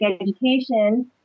education